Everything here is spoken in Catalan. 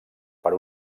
per